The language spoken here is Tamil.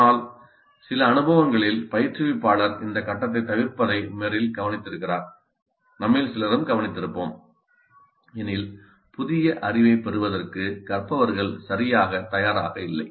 ஆனால் சில அனுபவங்களில் பயிற்றுவிப்பாளர் இந்த கட்டத்தைத் தவிர்ப்பதை மெரில் கவனித்திருக்கிறார் நம்மில் சிலரும் கவனித்திருப்போம் எனில் புதிய அறிவைப் பெறுவதற்கு கற்பவர்கள் சரியாகத் தயாராக இல்லை